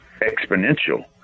exponential